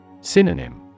Synonym